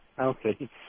Okay